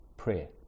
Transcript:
prayer